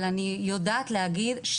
אבל אני יודעת להגיד,